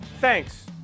thanks